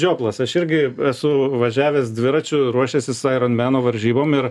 žioplas aš irgi esu važiavęs dviračiu ruošęsis airon meno varžybom ir